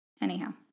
Anyhow